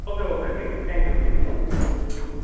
okay okay అండి thank you అండి thank you